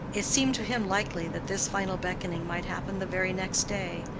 it seemed to him likely that this final beckoning might happen the very next day,